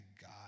God